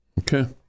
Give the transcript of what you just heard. Okay